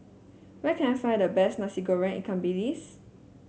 where can I find the best Nasi Goreng Ikan Bilis